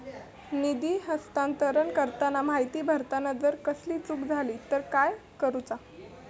निधी हस्तांतरण करताना माहिती भरताना जर कसलीय चूक जाली तर काय करूचा?